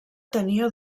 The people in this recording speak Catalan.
tenia